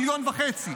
מיליון וחצי.